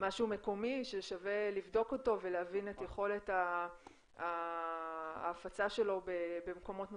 משהו מקומי ששווה לבדוק אותו ולהבין את יכולת ההפצה שלו במקומות נוספים,